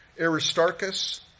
Aristarchus